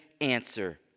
answer